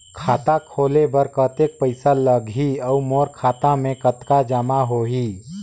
खाता खोले बर कतेक पइसा लगही? अउ मोर खाता मे कतका जमा होही?